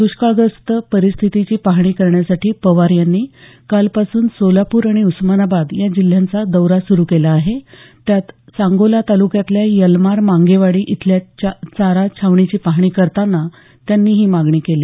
दष्काळग्रस्त परिस्थितीची पहाणी करण्यासाठी पवार यांनी कालपासून सोलापूर आणि उस्मानाबाद या जिल्ह्यांचा दौरा सुरू केला आहे त्यात सांगोला तालुक्यातल्या यलमार मांगेवाडी इथल्या चारा छावणीची पाहणी करताना त्यांनी ही मागणी केली